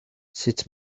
sut